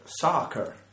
soccer